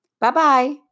Bye-bye